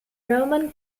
roman